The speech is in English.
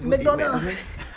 McDonald's